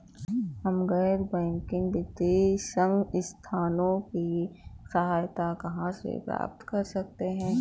हम गैर बैंकिंग वित्तीय संस्थानों की सहायता कहाँ से प्राप्त कर सकते हैं?